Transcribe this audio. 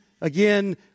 again